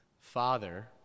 Father